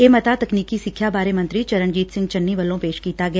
ਇਹ ਮਤਾ ਤਕਨੀਕੀ ਸਿੱਖਿਆ ਬਾਰੇ ਮੰਤਰੀ ਚਰਨਜੀਤ ਸਿੰਘ ਚੰਨੀ ਵੱਲੋਂ ਪੇਸ਼ ਕੀਤਾ ਗਿਆ